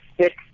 six